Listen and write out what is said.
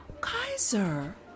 Kaiser